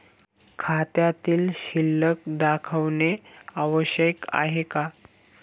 खात्यातील शिल्लक दाखवणे आवश्यक आहे का?